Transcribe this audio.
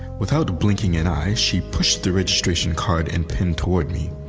without blinking an eye, she pushed the registration card and pen toward me,